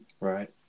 right